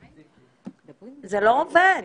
זה לא עובד.